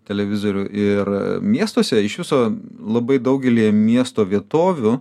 televizorių ir miestuose iš viso labai daugelyje miesto vietovių